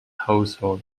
household